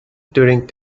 during